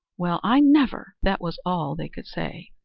well, i never! that was all they could say.